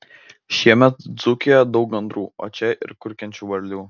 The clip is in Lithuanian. šiemet dzūkijoje daug gandrų o čia ir kurkiančių varlių